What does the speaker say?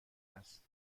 است